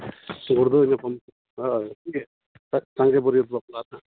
ᱜᱩᱲᱫᱟᱹᱣ ᱧᱟᱯᱟᱢ ᱦᱳᱭ ᱥᱟᱸᱜᱮ ᱵᱟᱹᱨᱭᱟᱹᱛ ᱵᱟᱯᱞᱟ ᱱᱟᱦᱟᱜ